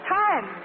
time